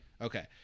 Okay